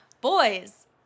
boys